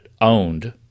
owned